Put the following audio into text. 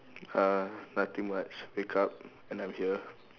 uh nothing much wake up and I'm here